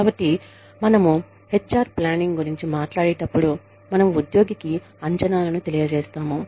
కాబట్టి మనము H R planning గురించి మాట్లాడేటప్పుడు మనము ఉద్యోగికి అంచనాలను తెలియజేస్తాము